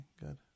Good